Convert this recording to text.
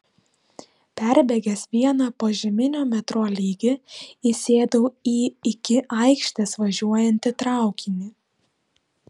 perbėgęs vieną požeminio metro lygį įsėdau į iki aikštės važiuojantį traukinį